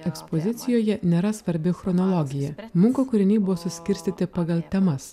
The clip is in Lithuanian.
ekspozicijoje nėra svarbi chronologija muko kūriniai buvo suskirstyti pagal temas